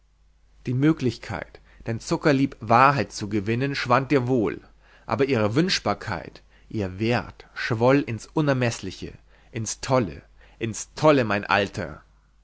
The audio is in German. die möglichkeit dein zuckerlieb wahrheit zu gewinnen schwand dir wohl aber ihre wünschbarkeit ihr wert schwoll ins ungemessene ins tolle ins tolle mein alter